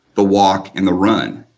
the walk and the run.